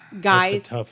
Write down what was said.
guys